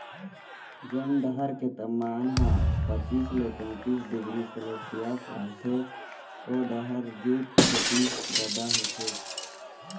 जेन डहर के तापमान ह पचीस ले पैतीस डिग्री सेल्सियस रहिथे ओ डहर जूट खेती जादा होथे